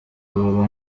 ubu